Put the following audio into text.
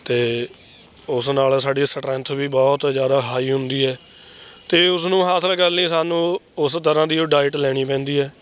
ਅਤੇ ਉਸ ਨਾਲ ਸਾਡੀ ਸਟਰੈਂਥ ਵੀ ਬਹੁਤ ਜ਼ਿਆਦਾ ਹਾਈ ਹੁੰਦੀ ਹੈ ਅਤੇ ਉਸਨੂੰ ਹਾਸਿਲ ਕਰਨ ਲਈ ਸਾਨੂੰ ਉਸ ਤਰ੍ਹਾਂ ਦੀ ਓ ਡਾਇਟ ਲੈਣੀ ਪੈਂਦੀ ਹੈ